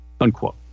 Unquote